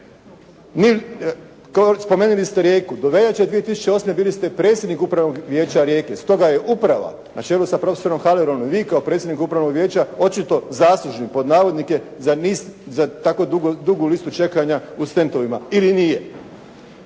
Spomenuli ste Rijeku. Do veljače 2008. bili ste predsjednik Upravnog vijeća Rijeke, stoga je uprava na čelu sa profesorom Halerom, vi kao predsjednik upravnog vijeća očito "zaslužni" za tako dugu listu čekanja u stentovima. Ili nije.